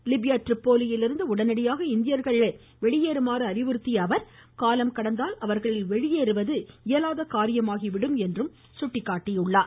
Libya ட்ரிபோலியிலிருந்து உடனடியாக இந்தியர்களை வெளியேறுமாறு அறிவுறுத்திய அவர் காலம் கடந்தால் அவர்களை வெளியேற்றுவது இயலாத காரியமாகிவிடும் என்றும் குறிப்பிட்டுள்ளார்